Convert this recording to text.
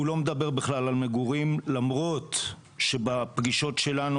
הוא לא מדבר בכלל על מגורים למרות שבפגישות שלנו